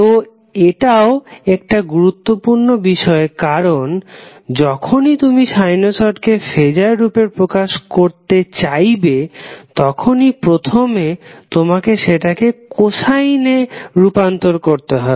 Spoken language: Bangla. তো এটাও একটা গুরুত্বপূর্ণ বিষয় কারণ যখনই তুমি সাইনোসডকে ফেজার রূপে প্রকাশ করতে চাইবে তখনই প্রথম তোমাকে সেটাকে কোসাইনে রূপান্তর করতে হবে